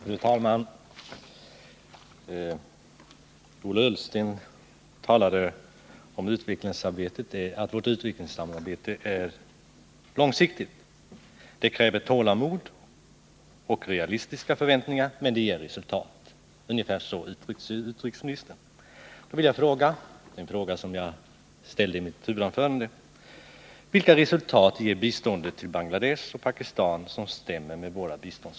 Fru talman! Ola Ullsten talade om att vårt utvecklingssamarbete är långsiktigt. Det kräver tålamod och realistiska förväntningar, men det ger resultat. Ungefär så uttryckte sig utrikesministern. Jag vill därför upprepa en fråga som jag ställde i mitt huvudanförande: Vilka resultat, som stämmer med våra biståndspolitiska mål, ger biståndet till Bangladesh och Pakistan?